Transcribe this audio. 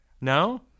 No